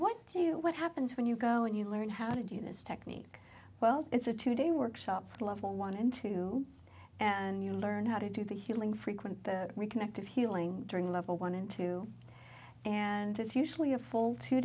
you what happens when you go and you learn how to do this technique well it's a two day workshop a level one and two and you learn how to do the healing frequent reconnected healing during level one and two and it's usually a full two